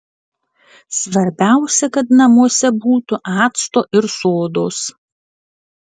svarbiausia kad namuose būtų acto ir sodos